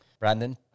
Brandon